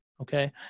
okay